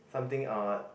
something uh